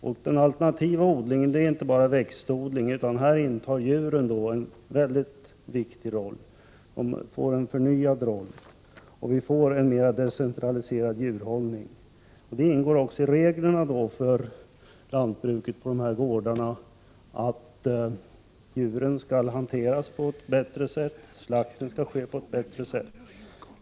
Men den alternativa odlingen innebär inte bara växtodling, utan här spelar också djuren en mycket viktig roll. Dessa får en förnyad roll. Vi får en mer decentraliserad djurhållning. Vidare säger reglerna för lantbruket på berörda gårdar att djuren skall hanteras bättre och att slakten skall ske på ett bättre sätt.